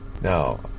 Now